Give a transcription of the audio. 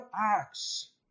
acts